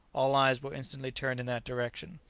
all eyes were instantly turned in that direction.